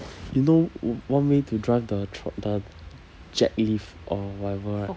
you know o~ one way to drive the tro~ the jack lift or whatever right